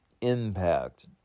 Impact